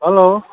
hello